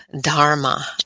Dharma